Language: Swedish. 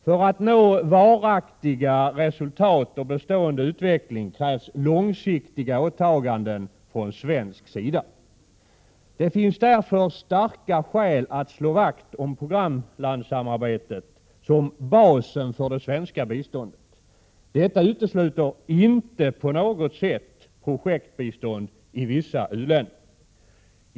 För att man skall nå varaktiga resultat och bestående utveckling krävs långsiktiga åtaganden från svensk sida. Det finns därför starka skäl att slå vakt om programlandssamarbetet som basen för det svenska biståndet. Detta utesluter inte på något sätt projektbistånd till vissa u-länder.